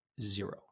zero